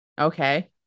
Okay